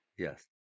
Yes